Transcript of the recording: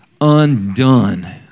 undone